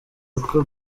uko